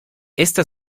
esta